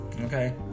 okay